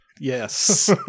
Yes